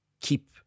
keep